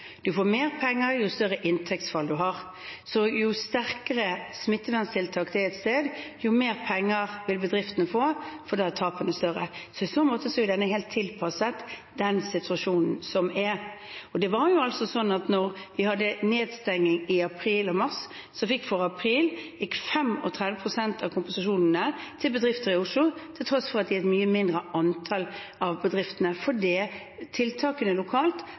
jo større inntektsfall man har. Jo sterkere smitteverntiltak det er et sted, jo mer penger vil bedriftene få, for da er tapene større. I så måte er ordningen helt tilpasset den situasjonen som er. Da vi hadde nedstenging i april og mars, gikk 35 pst. av kompensasjonen til dem som fikk for april, til bedrifter i Oslo, til tross for at de var et mye mindre antall av bedriftene, fordi tiltakene lokalt